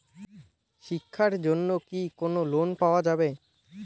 শিক্ষার জন্যে কি কোনো লোন পাওয়া যাবে?